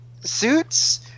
suits